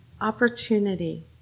opportunity